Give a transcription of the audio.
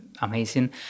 amazing